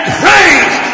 praise